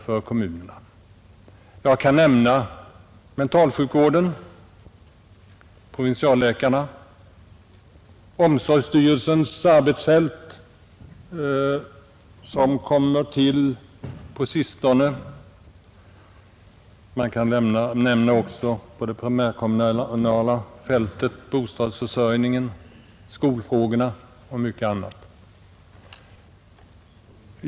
Jag kan som exempel nämna mentalsjukvården, provinsialläkarverksamheten och om sorgsstyrelsens arbetsfält, som tillkommit på sistone, vidare på det primärkommunala området bostadsförsörjningen, skolfrågorna och mycket annat.